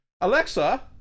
Alexa